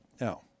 Now